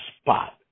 spot